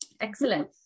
excellent